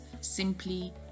Simply